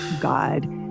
God